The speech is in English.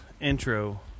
intro